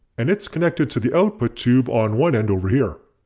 and it's connected to the output tube on one end over here.